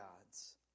gods